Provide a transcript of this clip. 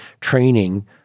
training